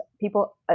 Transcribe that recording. people